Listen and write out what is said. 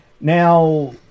Now